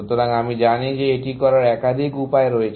সুতরাং আমি জানি যে এটি করার একাধিক উপায় রয়েছে